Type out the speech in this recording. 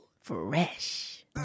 fresh